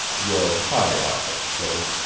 your high office, sir.